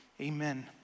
Amen